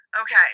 Okay